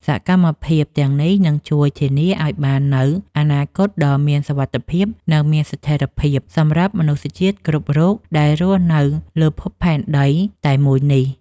សកម្មភាពទាំងនេះនឹងជួយធានាឱ្យបាននូវអនាគតដ៏មានសុវត្ថិភាព និងមានស្ថិរភាព សម្រាប់មនុស្សជាតិគ្រប់រូបដែលរស់នៅលើភពផែនដីតែមួយនេះ។